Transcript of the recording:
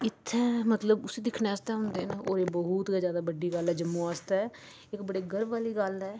इत्थै मतलब उस्सी दिक्खने आस्तै बहुत गै बड्डी गल्ल ऐ जम्मू आस्तै एह् बड़े गर्व आह्ली गल्ल ऐ